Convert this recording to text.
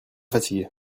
fatiguée